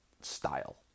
style